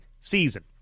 season